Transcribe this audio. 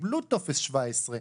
קיבלו טופס 17,